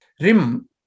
RIM